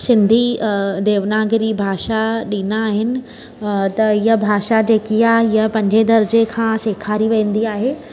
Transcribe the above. सिंधी अ देवनागरी भाषा ॾींदा आहिनि अ त इअ भाषा जेकी आहे हीअ पंजें दर्जे खां सेखारी वेंदी आहे